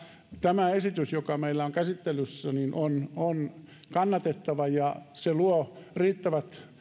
tämä esitys joka meillä on käsittelyssä on on kannatettava ja se luo